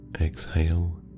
exhale